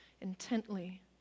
intently